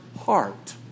heart